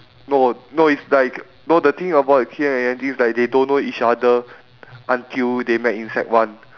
no no is like no the thing about ki-en and yan-ting is like they don't know each other until they met in sec one